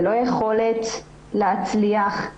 ללא יכולת להצליח.